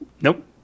Nope